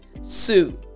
Sue